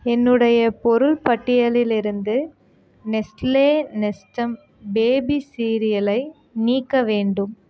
என்னுடைய பொருள் பட்டியலிலிருந்து நெஸ்ட்லே நெஸ்டம் பேபி சீரியலை நீக்க வேண்டும்